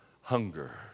hunger